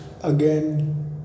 again